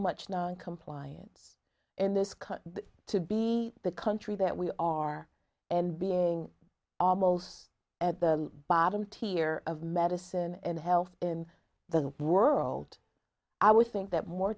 much noncompliance in this country to be the country that we are and being almost at the bottom tier of medicine and health in the world i would think that more